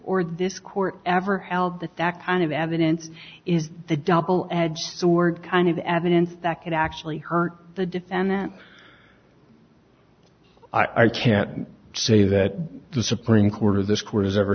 or this court ever held that that kind of evidence is the double edged sword kind of evidence that could actually hurt the defendant i can't say that the supreme court or this court has ever